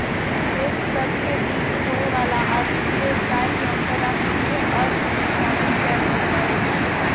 देश सभ के बीच होय वला आर्थिक व्यवसाय के अंतरराष्ट्रीय अर्थ में शामिल कएल गेल हइ